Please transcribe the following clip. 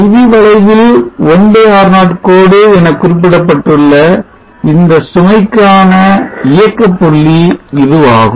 IV வளைவில் 1 R0 கோடு என குறிப்பிடப்பட்டுள்ள இந்த சுமைக்கான இயக்கப்புள்ளி இதுவாகும்